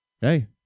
Hey